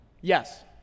Yes